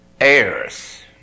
heirs